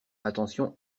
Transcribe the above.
attention